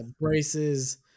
Braces